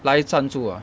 来站住 lah